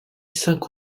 cinq